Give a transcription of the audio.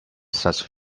such